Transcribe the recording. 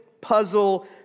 puzzle